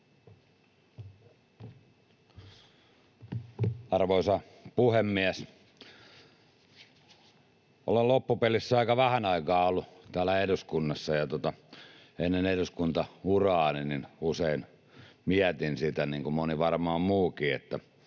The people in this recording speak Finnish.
Arvoisa puhemies! Olen loppupeleissä aika vähän aikaa ollut täällä eduskunnassa, ja ennen eduskuntauraani usein mietin sitä, niin kuin varmaan moni